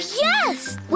yes